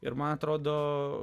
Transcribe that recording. ir man atrodo